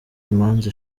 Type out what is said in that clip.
imanza